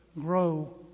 grow